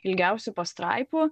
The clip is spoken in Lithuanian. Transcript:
ilgiausių pastraipų